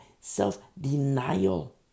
self-denial